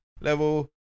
level